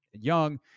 young